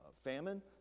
famine